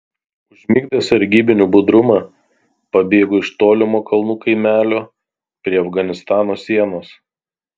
užmigdęs sargybinių budrumą pabėgo iš tolimo kalnų kaimelio prie afganistano sienos